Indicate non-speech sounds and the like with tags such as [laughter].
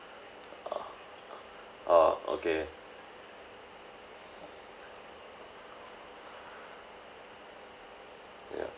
orh [breath] orh okay ya